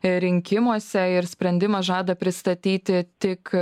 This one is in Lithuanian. rinkimuose ir sprendimą žada pristatyti tik